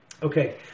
Okay